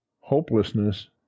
Hopelessness